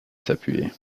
s’appuyer